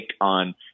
on